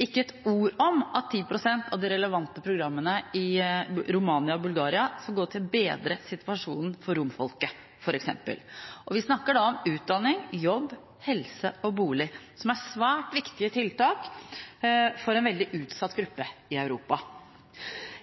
ikke ett ord om at 10 pst. av de relevante programmene i Romania og Bulgaria skal gå til å bedre situasjonen for romfolket. Vi snakker da om utdanning, jobb, helse og bolig, som er svært viktige tiltak for en veldig utsatt gruppe i Europa.